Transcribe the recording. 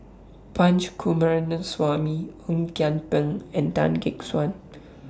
Punch Coomaraswamy Ong Kian Peng and Tan Gek Suan